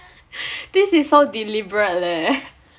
this is so deliberate leh